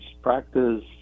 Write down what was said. practice